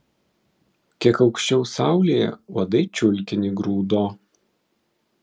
kiek aukščiau saulėje uodai čiulkinį grūdo